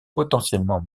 potentiellement